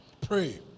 Pray